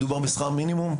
מדובר בשכר מינימום,